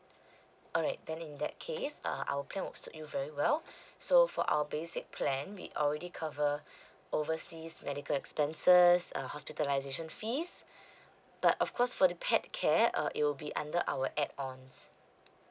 alright then in that case uh our plan will suit you very well so for our basic plan we already cover overseas medical expenses uh hospitalisation fees but of course for the pet care uh it will be under our add ons